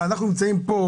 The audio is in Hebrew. אנחנו נמצאים פה,